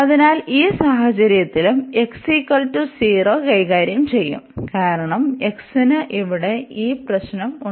അതിനാൽ ഈ സാഹചര്യത്തിലും x0 കൈകാര്യം ചെയ്യും കാരണം x ന് ഇവിടെ ഈ പ്രശ്നം ഉണ്ട്